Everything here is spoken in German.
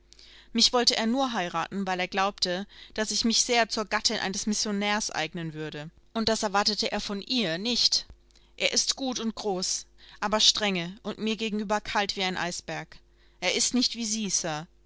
mich wollte er nur heiraten weil er glaubte daß ich mich sehr zur gattin eines missionärs eignen würde und das erwartete er von ihr nicht er ist gut und groß aber strenge und mir gegenüber kalt wie ein eisberg er ist nicht wie sie